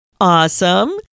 Awesome